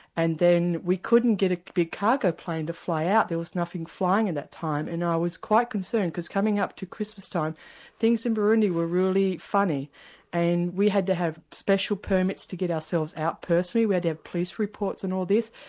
and then we couldn't get a big cargo plane to fly out, there was nothing flying at that time, and i was quite concerned because coming up to christmas time things in burundi were really funny and we had to have special permits to get ourselves out personally, we had to have police reports and all this,